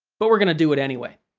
but, we're gonna do it anyway.